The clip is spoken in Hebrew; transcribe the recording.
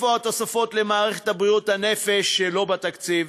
איפה התוספות למערכת בריאות הנפש, שלא בתקציב?